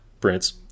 Prince